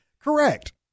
correct